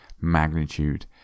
magnitude